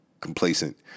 complacent